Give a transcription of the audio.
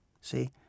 See